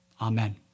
Amen